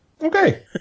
Okay